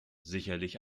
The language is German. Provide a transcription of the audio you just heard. sicherlich